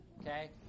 Okay